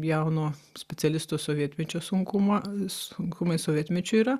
jauno specialisto sovietmečio sunkumo sunkumai sovietmečiu yra